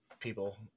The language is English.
people